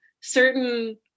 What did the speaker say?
certain